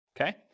okay